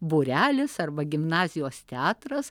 būrelis arba gimnazijos teatras